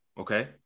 okay